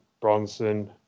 Bronson